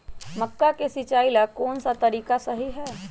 मक्का के सिचाई ला कौन सा तरीका सही है?